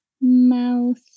mouth